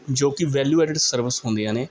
ਜੋ ਕਿ value added service ਹੁੰਦੀਆਂ ਨੇ